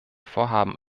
vorhaben